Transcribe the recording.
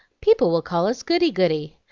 people will call us goody-goody.